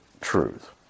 truth